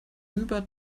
über